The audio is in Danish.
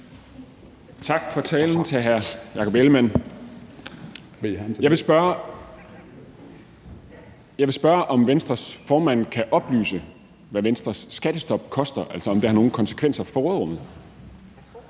Tak for talen til hr. Jakob Ellemann-Jensen. Jeg vil spørge, om Venstres formand kan oplyse, hvad Venstres skattestop koster, altså om der er nogen konsekvenser for råderummet.